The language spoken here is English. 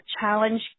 challenge